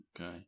Okay